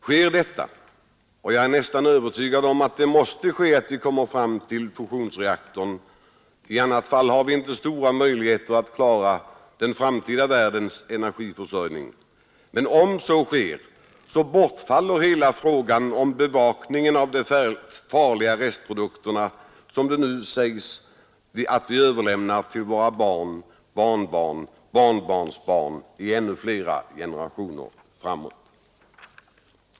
Sker detta — och jag är nästan övertygad om att vi måste få fram fusionsreaktorer för att kunna klara världens framtida energiförsörjning — då bortfaller hela frågan om bevakningen av de farliga restprodukterna, som det nu sägs att vi överlämnar till våra barn, barnbarn, barnbarnsbarn och till ännu fler generationer framöver.